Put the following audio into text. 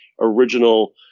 original